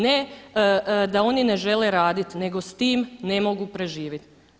Ne da oni ne žele radit, nego s tim ne mogu preživit.